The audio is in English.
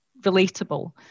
relatable